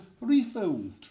refilled